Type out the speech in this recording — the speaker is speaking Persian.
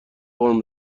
قرمه